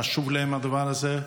חשוב להם הדבר הזה.